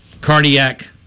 cardiac